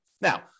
Now